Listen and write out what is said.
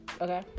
Okay